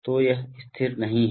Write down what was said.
तो यह स्थिर नहीं है